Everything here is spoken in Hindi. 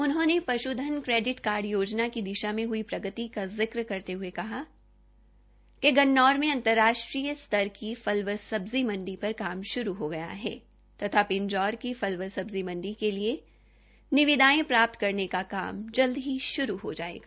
उन्होंने पश्धन क्रेडिट कार्ड योजना की दिशा में हुई प्रगति का जिक्र भी किया और बताया कि गन्नौर मे अंतर्राष्ट्रीय स्तर की फल व सबजी मंडी पर काम श्रू हो गया है तथा पिंजौर की फल व सब्जी मंडी के लिए निविदायें प्राप्त करने का काम जल्छ ही श्रू हो जायेगा